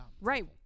Right